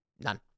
None